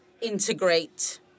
integrate